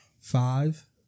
Five